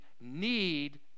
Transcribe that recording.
need